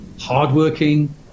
hardworking